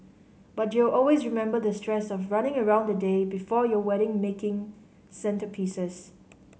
but you'll always remember the stress of running around the day before you wedding making centrepieces